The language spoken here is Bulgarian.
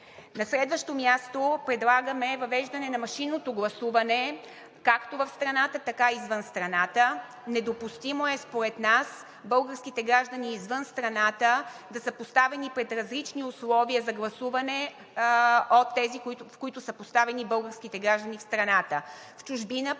На следващо място, предлагаме въвеждане на машинното гласуване както в страната, така и извън страната. Недопустимо е според нас българските граждани извън страната да са поставени пред различни условия за гласуване от тези, в които са поставени българските граждани в страната.